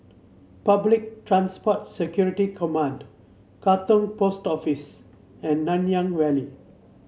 Public Transport Security Command Katong Post Office and Nanyang Valley